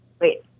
wait